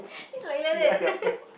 he's like like that